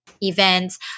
events